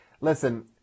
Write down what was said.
Listen